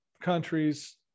countries